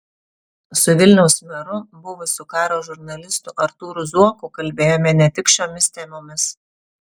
su vilniaus meru buvusiu karo žurnalistu artūru zuoku kalbėjome ne tik šiomis temomis